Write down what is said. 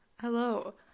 hello